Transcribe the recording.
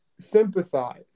sympathize